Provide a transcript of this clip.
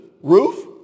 roof